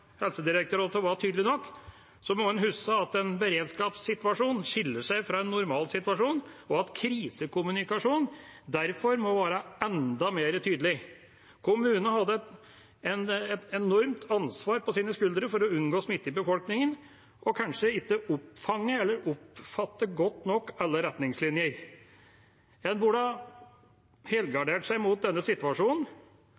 Helsedirektoratet var tydelige nok, må en huske at en beredskapssituasjon skiller seg fra en normalsituasjon, og at krisekommunikasjonen derfor må være enda mer tydelig. Kommunene hadde et enormt ansvar på sine skuldre for å unngå smitte i befolkningen og fanget kanskje ikke opp eller oppfattet godt nok alle retningslinjer. En